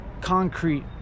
concrete